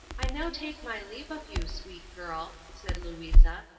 i now take my leave of you, sweet girl, said louisa,